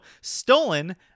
Stolen